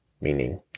meaning